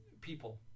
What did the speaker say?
People